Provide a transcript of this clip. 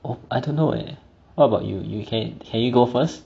oh I don't know eh what about you you can can you go first